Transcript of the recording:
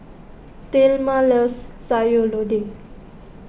thelma loves Sayur Lodeh